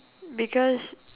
because